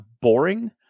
boring